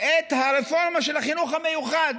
את הרפורמה של החינוך המיוחד